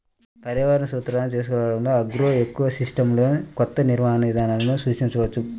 పర్యావరణ సూత్రాలను తీసుకురావడంఆగ్రోఎకోసిస్టమ్లోకొత్త నిర్వహణ విధానాలను సూచించవచ్చు